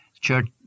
Church